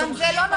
גם זה לא נכון.